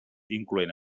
incloent